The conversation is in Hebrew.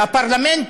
והפרלמנט